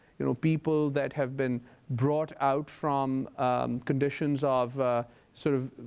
you know people that have been brought out from conditions of sort of